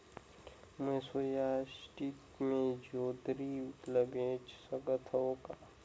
मैं सोसायटी मे जोंदरी ला बेच सकत हो का?